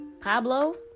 Pablo